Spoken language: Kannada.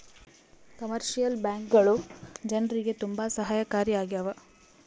ಕಮರ್ಶಿಯಲ್ ಬ್ಯಾಂಕ್ಗಳು ಜನ್ರಿಗೆ ತುಂಬಾ ಸಹಾಯಕಾರಿ ಆಗ್ಯಾವ